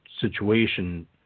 situation